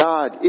God